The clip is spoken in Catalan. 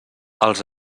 els